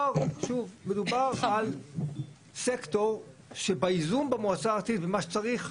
מדובר על סקטור שבאיזון במועצה הארצית במה שצריך,